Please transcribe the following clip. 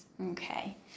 Okay